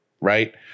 Right